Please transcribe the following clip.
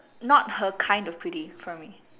not her kind of pretty for me